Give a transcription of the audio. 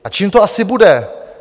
A čím to asi bude?